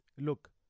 look